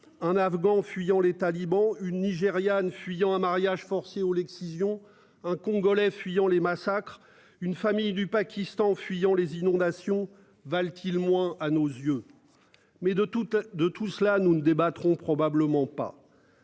Un afghans fuyant les talibans une Nigériane fuyant un mariage forcé ou l'excision un Congolais fuyant les massacres. Une famille du Pakistan fuyant les inondations valent-t-il moins à nos yeux. Mais de toute de tout cela nous ne débattrons probablement pas.